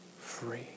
free